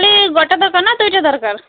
କାଲି ଗୋଟେ ଦରକାର ନା ଦୁଇଟା ଦରକାର